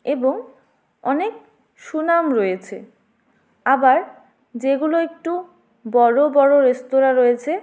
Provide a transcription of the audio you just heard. এবং অনেক সুনাম রয়েছে আবার যেগুলো একটু বড় বড় রেস্তোরাঁ রয়েছে